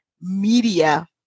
media